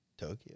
Tokyo